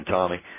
Tommy